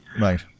Right